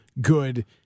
good